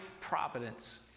providence